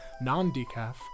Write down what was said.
non-decaf